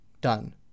done